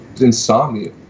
insomnia